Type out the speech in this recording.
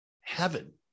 heaven